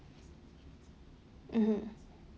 mmhmm